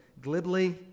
glibly